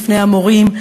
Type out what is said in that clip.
בפני המורים,